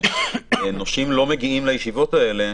שנושים לא מגיעים לישיבות האלה